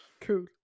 Cool